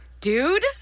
dude